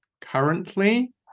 currently